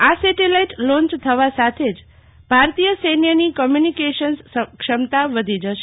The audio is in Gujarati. આ સેટેલાઈટ લોન્ય થવા સાથે જ ભારતીય સૈન્યની કમ્યુનિકેશન્સ ક્ષમતા વધી જશે